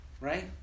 right